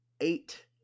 eight